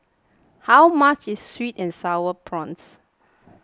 how much is Sweet and Sour Prawns